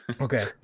Okay